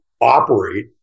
operate